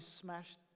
smashed